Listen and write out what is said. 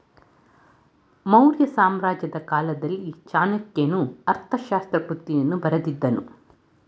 ಮೌರ್ಯ ಸಾಮ್ರಾಜ್ಯದ ಕಾಲದಲ್ಲಿ ಚಾಣಕ್ಯನು ಅರ್ಥಶಾಸ್ತ್ರ ಕೃತಿಯನ್ನು ಬರೆದಿದ್ದನು